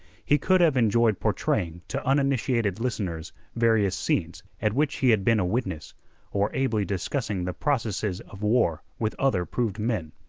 he could have enjoyed portraying to uninitiated listeners various scenes at which he had been a witness or ably discussing the processes of war with other proved men.